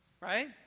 right